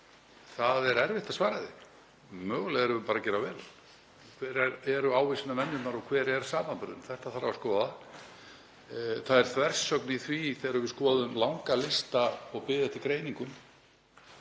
það er erfitt að svara því. Mögulega erum við bara að gera vel. Hverjar eru ávísunarvenjurnar og hver er samanburðurinn? Þetta þarf að skoða. Það er þversögn í því þegar við skoðum langa lista og bið eftir greiningum.